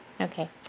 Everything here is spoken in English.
Okay